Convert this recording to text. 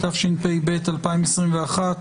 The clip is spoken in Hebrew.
התשפ"ב-2021,